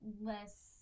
less